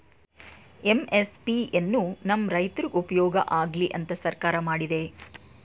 MSP ಎನ್ನು ನಮ್ ರೈತ್ರುಗ್ ಉಪ್ಯೋಗ ಆಗ್ಲಿ ಅಂತ ಸರ್ಕಾರ ಮಾಡಿದೆ